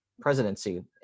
presidency